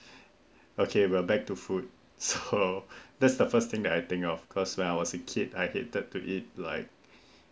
okay we are back to food so that's the first thing that I think of cause when I was a kid I hated to eat like